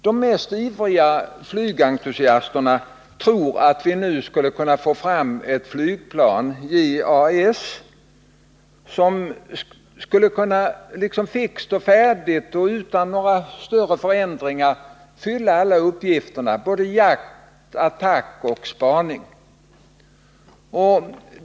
De mest ivriga flygentusiasterna tror att vi nu skall kunna få fram ett flygplan, JAS, som fixt och färdigt och utan några större förändringar skall kunna fylla alla uppgifter — jakt, attack och spaning.